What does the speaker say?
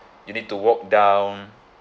you need to walk down